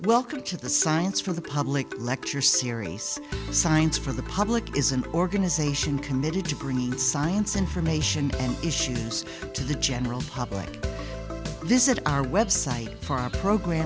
welcome to the science for the public lecture series science for the public is an organization committed to bringing science information and issues to the general public this is our website for our program